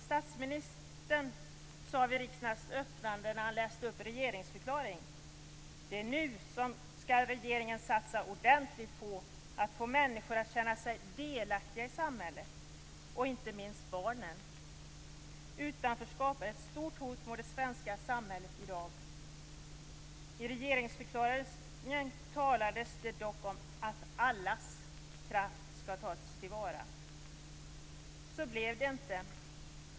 Statsministern sade i regeringsförklaringen vid riksdagens öppnande att regeringen nu skall satsa ordentligt på att få människor att känna sig delaktiga i samhället, inte minst barnen. Utanförskap är ett stort hot mot det svenska samhället i dag. I regeringsförklaringen talas det dock om att allas kraft skall tas till vara. Så blev det inte.